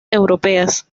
europeas